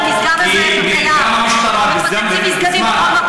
קיים, מפוצצים מסגדים בכול מקום.